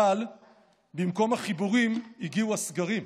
אבל במקום החיבורים הגיעו הסגרים,